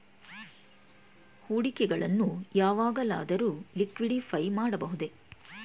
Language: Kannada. ಹೂಡಿಕೆಗಳನ್ನು ಯಾವಾಗಲಾದರೂ ಲಿಕ್ವಿಡಿಫೈ ಮಾಡಬಹುದೇ?